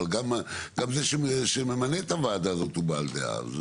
אבל גם זה שממנה את הוועדה הזאת הוא בעל דעה.